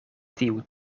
tiu